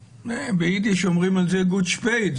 באידיש אומרים על זה גוט שפייט,